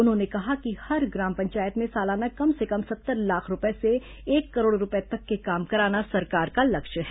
उन्होंने कहा कि हर ग्राम पंचायत में सालाना कम से कम सत्तर लाख रूपये से एक करोड़ रूपये तक के काम कराना सरकार का लक्ष्य है